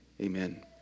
amen